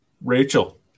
Rachel